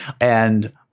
and-